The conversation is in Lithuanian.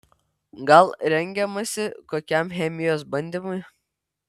gal rengiamasi kokiam chemijos bandymui